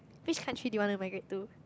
which country do you want to migrate to